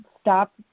stop